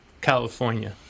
California